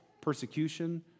persecution